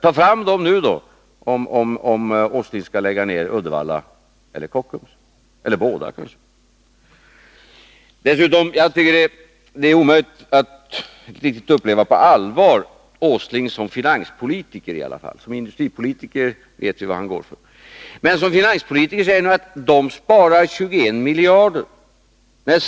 Tag fram dem nu, om Nils Åsling skall lägga ner Uddevallavarvet eller Kockums eller båda! Det är omöjligt att riktigt på allvar uppleva Nils Åsling som finanspolitiker — som industripolitiker vet vi ju vad han går för. Som finanspolitiker säger han att han sparar 21 miljarder.